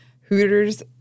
Hooters